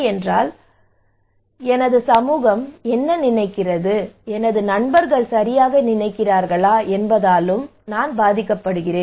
ஆனால் எனது சமூகம் என்ன நினைக்கிறது என் நண்பர்கள் சரியாக நினைக்கிறார்கள் என்பதாலும் இது பாதிக்கப்படுகிறது